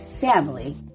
family